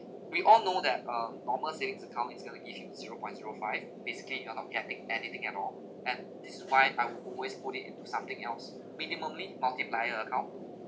we all know that uh normal savings account is going to give you zero point zero five basically you're not getting anything at all and this is why I would always put it into something else minimum multiplier account